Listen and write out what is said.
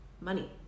money